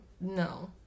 no